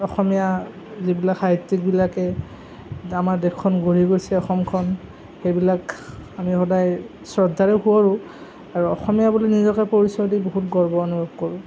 অসমীয়া যিবিলাক সাহিত্যিকবিলাকে আমাৰ দেশখন গঢ়ি গৈছে অসমখন সেইবিলাক আমি সদায় শ্ৰদ্ধাৰে সুৱৰোঁ আৰু অসমীয়া বুলি নিজকে পৰিচয় দি বহুত গৰ্ব অনুভৱ কৰোঁ